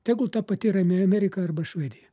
tegul ta pati rami amerika arba švedija